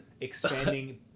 expanding